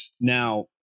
now